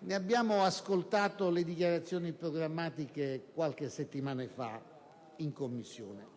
ne abbiamo ascoltato le dichiarazioni programmatiche qualche settimana fa in Commissione